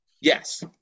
Yes